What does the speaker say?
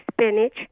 spinach